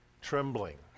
trembling